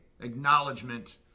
acknowledgement